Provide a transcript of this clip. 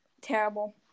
terrible